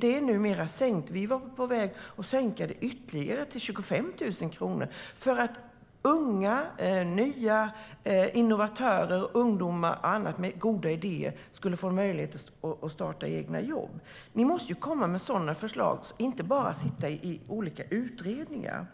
Det är numera sänkt, och vi var på väg att sänka det ytterligare - till 25 000 kronor - för att unga, nya innovatörer och ungdomar med goda idéer skulle få möjlighet att skapa egna jobb. Ni måste ju komma med sådana förslag och inte bara sitta i olika utredningar.